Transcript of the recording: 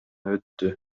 өттү